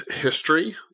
history